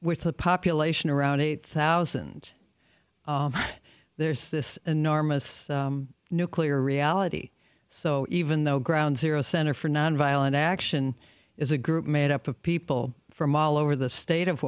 a population around eight thousand there's this enormous nuclear reality so even though ground zero center for nonviolent action is a group made up of people from all over the state of